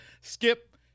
Skip